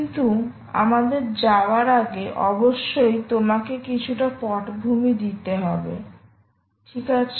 কিন্তু আমাদের যাওয়ার আগে অবশ্যই তোমাকে কিছুটা পটভূমি দিতে হবে ঠিক আছে